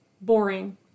boring